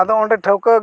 ᱟᱫᱚ ᱚᱸᱰᱮ ᱴᱷᱟᱹᱣᱠᱟᱹ